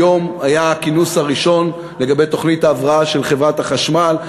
היום היה הכינוס הראשון לגבי תוכנית ההבראה של חברת החשמל.